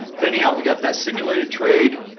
but anyhow, we got that simulated trade.